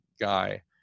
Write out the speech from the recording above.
guy